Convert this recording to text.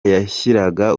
yashyiraga